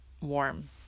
warm